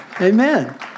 Amen